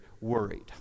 worried